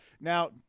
now